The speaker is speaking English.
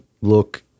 look